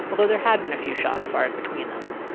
although there had been a few shots fired between them.